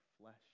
flesh